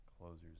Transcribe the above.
closers